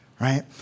right